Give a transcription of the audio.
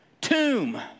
tomb